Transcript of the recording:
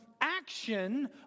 action